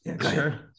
sure